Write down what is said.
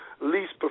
least